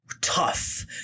tough